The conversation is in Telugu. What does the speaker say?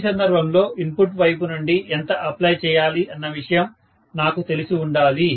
ఈ సందర్భంలో ఇన్పుట్ వైపు నుండి ఎంత అప్లై చేయాలి అన్న విషయం నాకు తెలిసి ఉండాలి